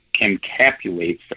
encapsulates